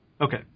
Okay